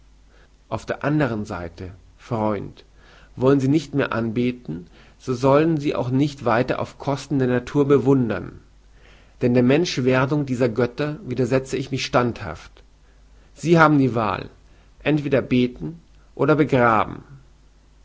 auf der andern seite freund wollen sie nicht mehr anbeten so sollen sie auch nicht weiter auf kosten der natur bewundern denn der menschwerdung dieser götter widersetze ich mich standhaft sie haben die wahl entweder beten oder begraben